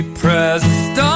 pressed